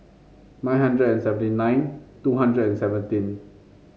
nine hundred and seventy nine two hundred and seventeen